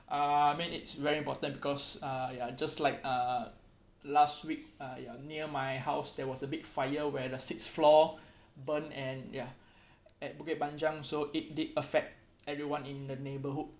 uh I mean it's very important because uh ya just like uh last week uh ya near my house there was a big fire where the sixth floor burnt and ya at bukit panjang so it did affect everyone in the neighbourhood